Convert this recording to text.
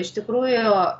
iš tikrųjų